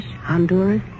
Honduras